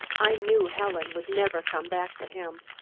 i knew helen would never come back to him.